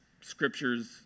scriptures